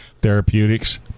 therapeutics